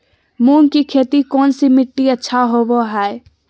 मूंग की खेती कौन सी मिट्टी अच्छा होबो हाय?